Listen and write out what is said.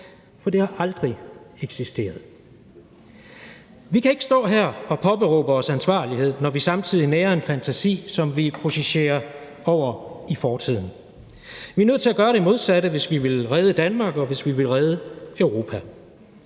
for det har aldrig eksisteret. Vi kan ikke stå her og påberåbe os ansvarlighed, når vi samtidig nærer en fantasi, som vi projicerer over i fortiden, men vi er nødt til at gøre det modsatte, hvis vi vil redde Danmark, og hvis vi vil redde Europa.